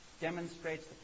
demonstrates